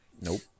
nope